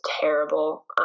terrible